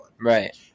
Right